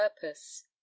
purpose